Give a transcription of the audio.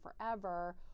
forever